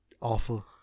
awful